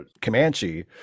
comanche